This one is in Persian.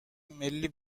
ملی